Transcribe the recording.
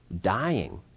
dying